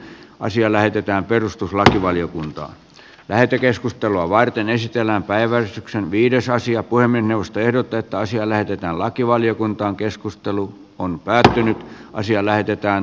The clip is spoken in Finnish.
asia lähetetään perustuslakivaliokunta lähetekeskustelua varten esitellään päiväystyksen viides asia kuin minusta ehdot täyttä asiaa lähdetään lakivaliokunta keskustelu on päätetty asiaa hämärtynyt